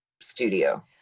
studio